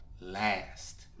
last